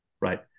right